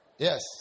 Yes